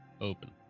open